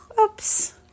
Oops